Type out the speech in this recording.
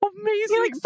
Amazing